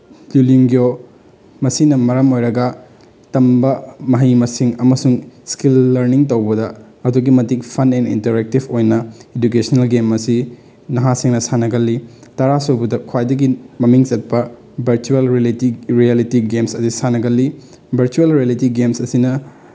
ꯀ꯭ꯌꯨꯂꯤꯡꯒꯤꯑꯣ ꯃꯁꯤꯅ ꯃꯔꯝ ꯑꯣꯏꯔꯒ ꯇꯝꯕ ꯃꯍꯩ ꯃꯁꯤꯡ ꯑꯃꯁꯨꯡ ꯏꯁꯀꯤꯜ ꯂꯔꯅꯤꯡ ꯇꯧꯕꯗ ꯑꯗꯨꯛꯀꯤ ꯃꯇꯤꯛ ꯐꯟ ꯑꯦꯟ ꯏꯟꯇꯔꯦꯛꯇꯤꯞ ꯑꯣꯏꯅ ꯏꯗꯨꯀꯦꯁꯟꯅꯦꯜ ꯒꯦꯝꯁ ꯑꯁꯤ ꯅꯍꯥꯁꯤꯡꯅ ꯁꯥꯟꯅꯒꯜꯂꯤ ꯇꯔꯥꯁꯨꯕꯗ ꯈ꯭ꯋꯥꯏꯗꯒꯤ ꯃꯃꯤꯡ ꯆꯠꯄ ꯚꯔꯆꯨꯋꯦꯜ ꯔꯤꯌꯦꯜꯂꯤꯇꯤ ꯒꯦꯝꯁ ꯑꯁꯤ ꯁꯥꯟꯅꯒꯜꯂꯤ ꯚꯔꯆꯨꯋꯦꯜ ꯔꯤꯌꯦꯜꯂꯤꯇꯤ ꯒꯦꯝꯁ ꯑꯁꯤꯅ